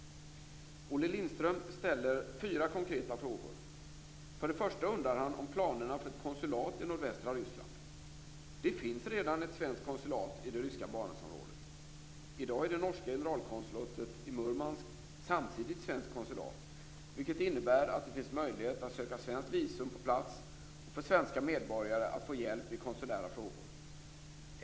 Olle Lindström ställer fyra konkreta frågor. För det första undrar han om planerna för ett konsulat i nordvästra Ryssland. Det finns redan ett svenskt konsulat i det ryska Barentsområdet. I dag är det norska generalkonsulatet i Murmansk samtidigt svenskt konsulat, vilket innebär att det finns möjlighet att söka svenskt visum på plats, och för svenska medborgare att få hjälp i konsulära frågor.